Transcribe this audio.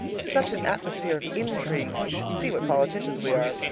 such an atmosphere of intrigue you should see what politicians we are!